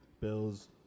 bills